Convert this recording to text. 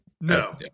No